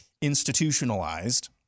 institutionalized